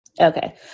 Okay